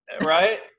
right